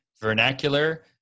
vernacular